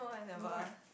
no right